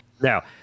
Now